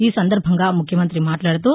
ఈ సందర్బంగా ముఖ్యమంతి మాట్లాదుతూ